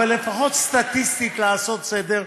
אבל לפחות סטטיסטית לעשות סדר.